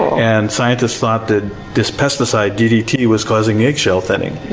and scientists thought that this pesticide, ddt, was causing eggshell thinning.